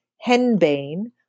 henbane